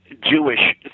Jewish